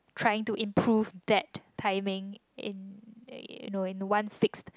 trying to improve that timing in in a one fix